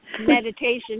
meditation